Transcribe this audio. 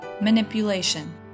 manipulation